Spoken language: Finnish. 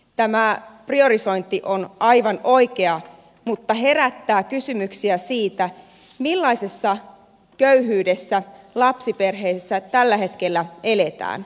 tämä priorisointi on aivan oikea mutta herättää kysymyksiä siitä millaisessa köyhyydessä lapsiperheissä tällä hetkellä eletään